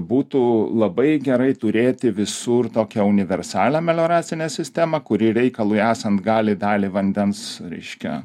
būtų labai gerai turėti visur tokią universalią melioracinę sistemą kuri reikalui esant gali dalį vandens reiškia